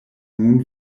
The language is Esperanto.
nun